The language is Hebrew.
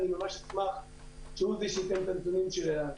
אני ממש אשמח שהוא זה שייתן את הנתונים של אל על.